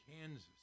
Kansas